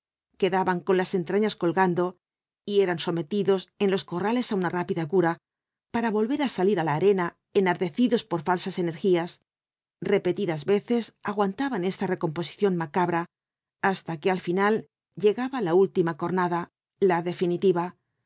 quedaban con las entrañas colgando y eran sometidos en los corrales á una rápida cura para volver á salir á la arena enardecidos por falsas energías repetidas veces aguantaban esta recomposición macabra hasta que al fin llegaba la última cornada la definitiva